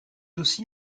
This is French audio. aussi